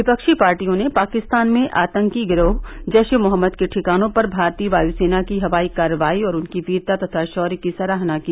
विपक्षी पार्टियों ने पाकिस्तान में आतंकी गिरोह जैश ए मोहम्मद के ठिकाने पर भारतीय वायसेना की हवाई कार्रवाई और उनकी वीरता तथा शौर्य की सराहना की